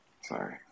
sorry